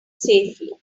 safely